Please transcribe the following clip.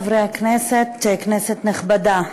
כנסת נכבדה,